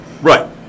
right